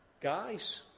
Guys